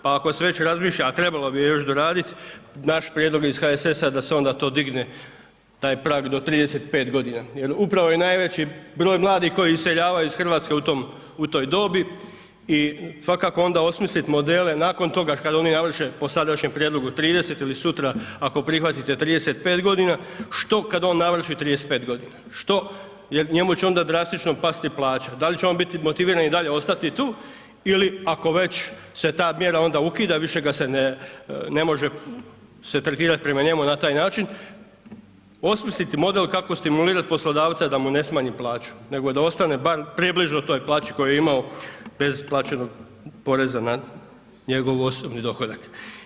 Pa ako se već razmišlja, a trebalo bi je još doraditi, naš prijedlog iz HSS-a je da se onda to digne, taj prag do 35 godina jer upravo je najveći broj mladih koji iseljavaju iz Hrvatske u tom, u toj dobi i svakako onda osmislit modele nakon toga kad oni navrše po sadašnjem prijedlogu 30 ili sutra ako prihvatite 35 godina, što kad on navrši 35 godina, što jer njemu će onda drastično pati plaća, da li će on biti motiviran i dalje ostati tu ili ako već se ta mjera onda ukida više ga se ne može tretirati prema njemu na taj način, osmisliti model kako stimulirati poslodavca da mu ne smanji plaću, nego da ostane bar približno u toj plaći koju je imao bez plaćenog poreza na njegov osobni dohodak.